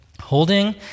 holding